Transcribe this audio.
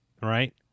Right